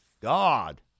God